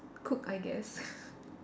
cook I guess